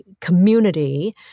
community